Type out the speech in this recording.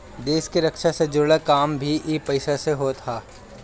देस के रक्षा से जुड़ल काम भी इ पईसा से होत हअ